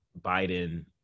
Biden